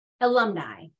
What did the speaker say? alumni